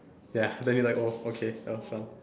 ya then you like oh okay that was fun